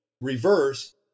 reverse